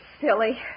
silly